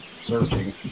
searching